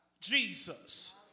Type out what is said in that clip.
Jesus